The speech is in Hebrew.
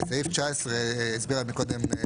בסעיף 19, דנה הסבירה קודם,